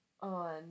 on